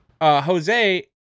Jose